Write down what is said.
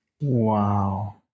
wow